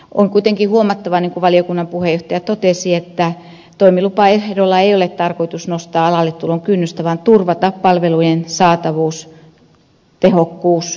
on kuitenkin huomattava niin kuin valiokunnan puheenjohtaja totesi että toimilupaehdolla ei ole tarkoitus nostaa alalle tulon kynnystä vaan turvata palveluiden saatavuus tehokkuus ja laatu